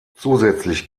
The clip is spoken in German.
zusätzlich